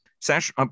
Sash